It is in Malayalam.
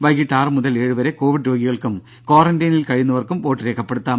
വൈകീട്ട് ആറുമുതൽ ഏഴുവരെ കോവിഡ് രോഗികൾക്കും ക്വാറന്റൈനിൽ കഴിയുന്നവർക്കും വോട്ട് രേഖപ്പെടുത്താം